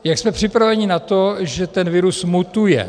Jak jsme připraveni na to, že ten virus mutuje?